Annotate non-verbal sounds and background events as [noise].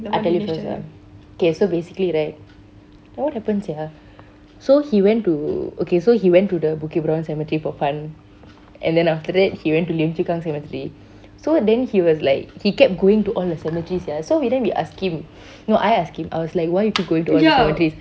I tell you first ah okay so basically right uh what happen sia so he went to okay so he went to the bukit brown cemetery for fun and then after that he went to lim chu kang cemetery so then he was like he kept going to all the cemetery sia so then we ask him [breath] no I ask him I was like why you keep going to all the cemetery